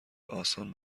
آسان